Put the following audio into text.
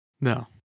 No